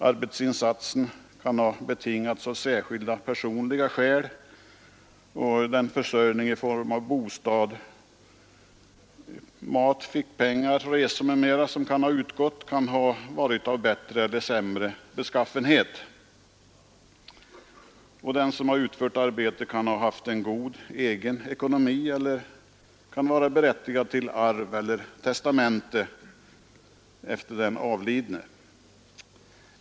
Arbetsinsatsen kan ha betingats av särskilda personliga skäl, och den försörjning i form av bostad, mat, fickpengar, resor m.m. som kan ha utgått kan ha varit av bättre eller sämre beskaffenhet. Den som har utfört arbetet kan ha haft en god egen ekonomi eller kan vara berättigad till arvseller testamentslott efter den avlidne.